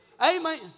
Amen